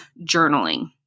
journaling